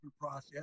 process